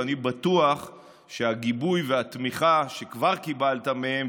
ואני בטוח שהגיבוי והתמיכה שכבר קיבלת מהם,